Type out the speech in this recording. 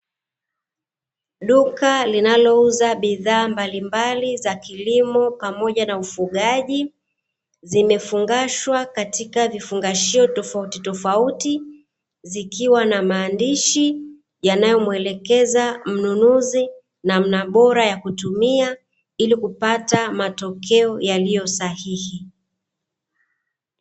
Duka linalouza bidhaa mbalimbali za kilimo pamoja na ufugaji zimefungashwa katika vifungashio tafautitofauti, zikiwa na maandishi yanayomuelekeza mnunuzi namna bora ya kutumia ilikupata matokeo yaliyo sahihi.